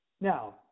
Now